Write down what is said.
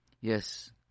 Yes